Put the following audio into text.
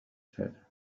said